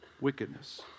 wickedness